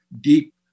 deep